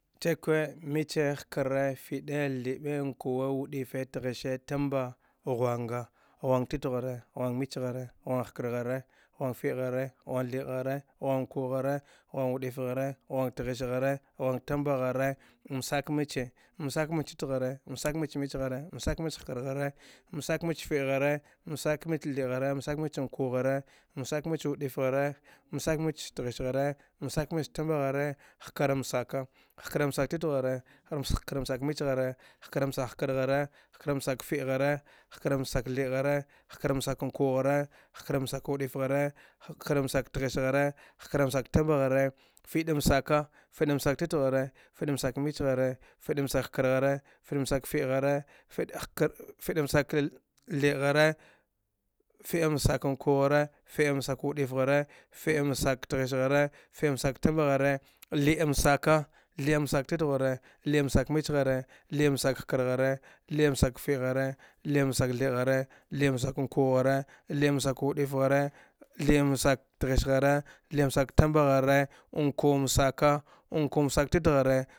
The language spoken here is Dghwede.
Takwe, micei, hkare, fi'ea, the'ae, ukuwe, wu'ife, tghese, t'mba, ghangaa, ghan-titaghare, ghan mice gharai, ghang-ihkar gharai, ghang fi'i ghrai, ghang-thed ghare, ghang uthu ghare ghang, ulu'if ghare, ghang tghes ghare, ghang temb-ghare, mgak-micey, mgakimice titkwe ghare, msak-micey mice ghare, msakmice nkar ghare, msak-mice fe'e ghare, msak mice th ed ghare, msak mice uku ghare, msak mice wulf ghare, msak mice tghes ghare, msak mice temba ghare, hkar msaka, hkar msaka tit ghare, hkar msaka mice ghare, hkar msaka hkar share, hkar mska mfe e ghare, hkar msaka iheɗ ghare, hkar msaka muku ghare, hkar msaka hwuhf ghare, hkarm saka teghes ghare, hkarm saka temba ghare, fe'em saka, fe'en saka tit kweghare, fe'en saka mice ghare, fe'en sakam hkar- ghare, fe'en sakem wu-if ghare, fe'en saka lhed ghare, fe'en sakah wuku ghare, fe'en sakem wu-if ghare, fe'en saka- tigher ghare, fe'en saka tmba ghare, lhid en saka, lheɗen saka int-ghane, lheɗen saka mice-ghare, lheɗen saka hkar ghare, lheden saka fe'e ghare, lheɗem msaka theɗ ghare, lheɗene “m” saka wuku ghare, lheɗ msaka wu'if ghare, lheɗ msaka teghes-ghare, lhede msaka tmbar ghare, wukuwan msaka, wukuwan msaka,